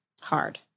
Hard